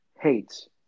hates